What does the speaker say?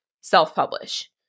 self-publish